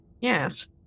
Yes